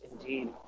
indeed